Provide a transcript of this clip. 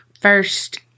first